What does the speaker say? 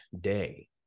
day